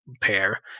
pair